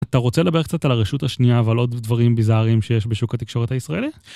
אתה רוצה לדבר קצת על הרשות השנייה ועל עוד דברים ביזאריים שיש בשוק התקשורת הישראלי?